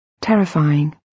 Terrifying